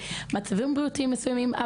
מצבים בריאותיים מסוימים,